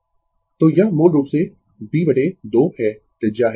Refer Slide Time 0842 तो यह मूल रूप से b 2 है त्रिज्या है